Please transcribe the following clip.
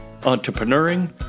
entrepreneuring